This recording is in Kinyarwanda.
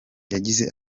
yagize